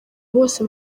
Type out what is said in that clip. bose